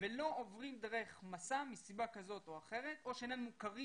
ולא עוברים דרך מסע מסיבה כזאת או אחרת או שאינם מוכרים